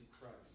Christ